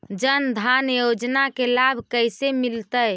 जन धान योजना के लाभ कैसे मिलतै?